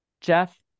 Jeff